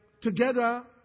Together